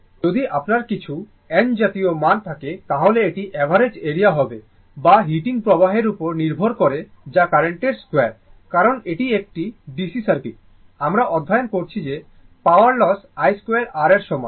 যদি আপনার কিছু n জাতীয় মান থাকে তাহলে এটি অ্যাভারেজ এরিয়া হবে বা হিটিং প্রভাবের উপর নির্ভর করে যা কার্রেন্টের 2 কারণ এটি একটি DC সার্কিট আমরা অধ্যয়ন করেছি যে পাওয়ার লোস i 2 r এর সমান